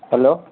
hello